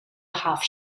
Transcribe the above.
half